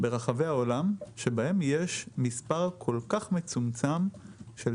ברחבי העולם שבהם יש מספר כל-כך מצומצם של